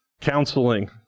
counseling